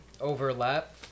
overlap